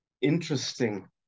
interesting